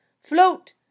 float